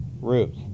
Ruth